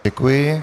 Děkuji.